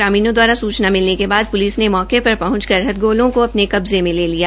ग्रामीणों दवारा सूचना के बाद प्लिस ने मौके पर पहंच कर हथगोलों को अपने कब्जे में ले लिया